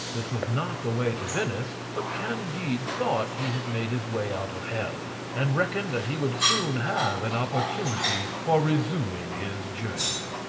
this was not the way to venice, but candide thought he had made his way out of hell, and reckoned that he would soon have an opportunity for resuming his journey.